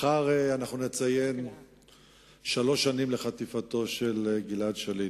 מחר אנחנו נציין שלוש שנים לחטיפתו של גלעד שליט,